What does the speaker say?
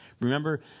Remember